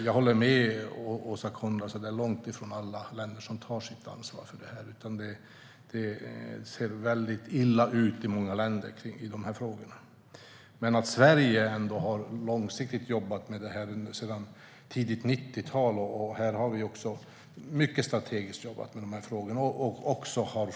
Jag håller med Åsa Coenraads om att det är långt ifrån alla länder som tar sitt ansvar för detta. Det ser väldigt illa ut i många länder i dessa frågor. Sverige har dock jobbat långsiktigt och mycket strategiskt med dessa frågor sedan tidigt 90-tal.